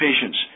patients